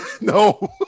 No